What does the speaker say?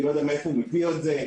אני לא יודע מאיפה מביא את זה.